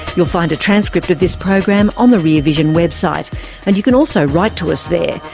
you'll find a transcript of this program on the rear vision website and you can also write to us there.